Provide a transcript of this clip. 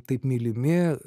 taip mylimi